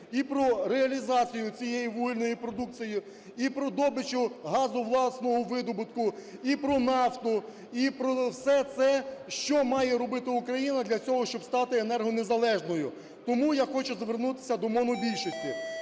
і про реалізацію цієї вугільної продукції, і про добичу газу власного видобутку, і про нафту, і про все те, що має робити Україна, для того, щоб стати незалежною. Тому я хочу звернутися до монобільшості,